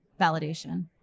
validation